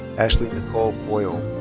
ashley nicole hoyle.